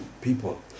people